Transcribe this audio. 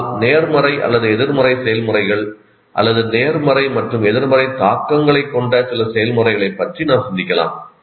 ஆனால் நேர்மறை அல்லது எதிர்மறை செயல்முறைகள் அல்லது நேர்மறை மற்றும் எதிர்மறை தாக்கங்களைக் கொண்ட சில செயல்முறைகளைப் பற்றி நாம் சிந்திக்கலாம்